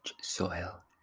soil